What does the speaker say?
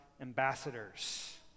ambassadors